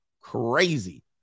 Crazy